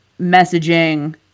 messaging